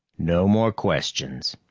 no more questions.